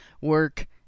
work